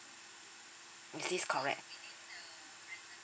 is this correct